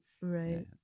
Right